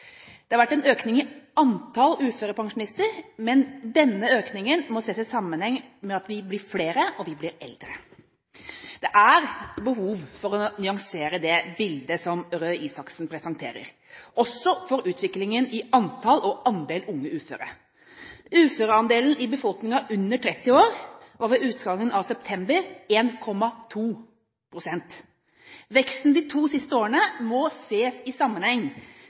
Det har vært en økning i antall uførepensjonister, men denne økningen må ses i sammenheng med at vi blir flere, og at vi blir eldre. Det er behov for å nyansere det bildet som Røe Isaksen presenterer, også når det gjelder utviklingen i antallet og andelen unge uføre. Uføreandelen i befolkningen under 30 år var ved utgangen av september på 1,2 pst. Veksten de to siste årene må ses i sammenheng